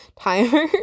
timer